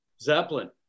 Zeppelin